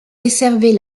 desservait